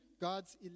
God's